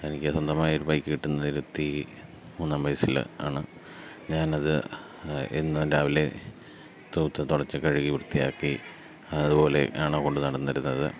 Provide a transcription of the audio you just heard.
എനിക്ക് സ്വന്തമായി ഒരു ബൈക്ക് കിട്ടുന്നത് ഇരുപത്തി മൂന്നാം വയസ്സിൽ ആണ് ഞാൻ അത് എന്നും രാവിലെ തൂത്തു തുടച്ചു കഴുകി വൃത്തിയാക്കി അതുപോലെ ആണ് കൊണ്ട് നടന്നിരുന്നത്